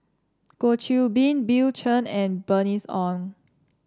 Goh Qiu Bin Bill Chen and Bernice Ong